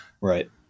right